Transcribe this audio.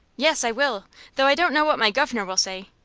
yes, i will though i don't know what my guv'nor will say.